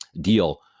deal